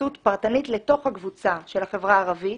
התייחסות פרטנית לתוך הקבוצה של החברה הערבית